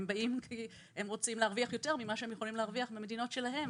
אלא כי הם רוצים להרוויח יותר ממה שהם יכולים להרוויח במדינות שלהם.